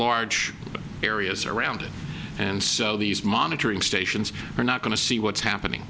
large areas around it and so these monitoring stations are not going to see what's happening